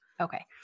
Okay